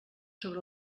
sobre